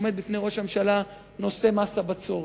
עומד בפני ראש הממשלה נושא מס הבצורת.